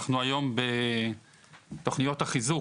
אנחנו היום בתוכניות החיזוק.